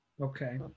Okay